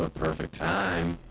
ah perfect time.